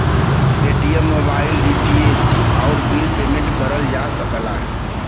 Paytm mobile, DTH, आउर bill payment करल जा सकला